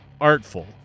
artful